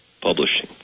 Publishing